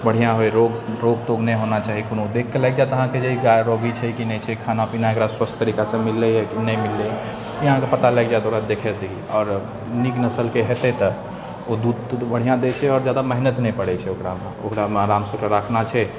बढ़िआँ होइ रोग रोग तोग नहि होना चाही कोनो देखिके लागि जाएत अहाँके जे गाइ रोगी छै कि नहि छै खाना पीना एकरा स्वस्थ तरीकासँ मिललै अइ कि नहि मिललै अइ ई अहाँके पता लागि जाएत ओकरा देखैसँ ही आओर नीक नसलके हेतै तऽ ओ दूध तूध बढ़िआँ दै छै आओर ज्यादा मेहनत नहि पड़ै छै ओकरामे ओकरामे आरामसँ रखना छै